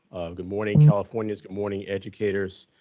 good morning california. good morning educators.